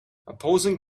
opposing